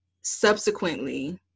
subsequently